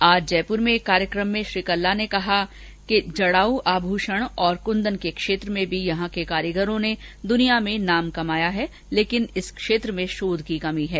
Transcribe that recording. आज जयपुर में एक कार्यक्रम में श्री कल्ला ने कहा कि जड़ाऊ और क्दन के क्षेत्र में भी यहां के कारीगरों ने दुनिया में नाम कमाया है लेकिन इस क्षेत्र में शोध की कमी है